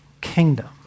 kingdom